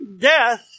death